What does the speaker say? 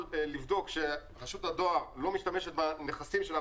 לבדוק שרשות הדואר לא משתמשת בנכסים שלה,